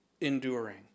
enduring